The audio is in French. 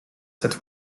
cette